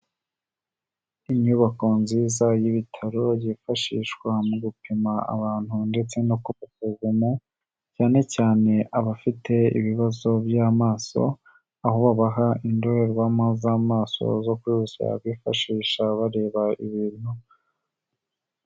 Inyubako nziza y'ibitaro yifashishwa mu gupima abantu ndetse no kubasuzuma cyane cyane abafite ibibazo by'amaso, aho babaha indorerwamo z'amaso zo kujya bifashisha bareba ibintu.